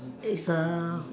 is a